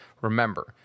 Remember